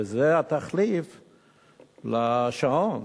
וזה התחליף לשעון.